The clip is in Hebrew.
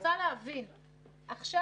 עכשיו,